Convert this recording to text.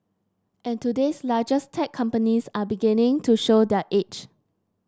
and today's largest tech companies are beginning to show their age